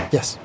Yes